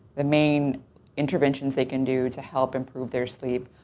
the main interventions they can do to help improve their sleep,